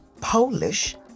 Polish